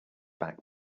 back